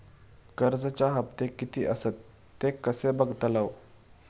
कर्जच्या हप्ते किती आसत ते कसे बगतलव?